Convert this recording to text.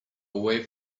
away